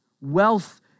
Wealth